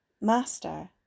Master